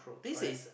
correct